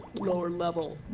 lower level